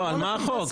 אז מה החוק?